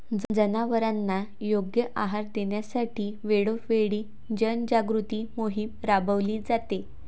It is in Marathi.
जनावरांना योग्य आहार देण्यासाठी वेळोवेळी जनजागृती मोहीम राबविली जाते